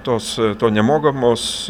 tos nemokamos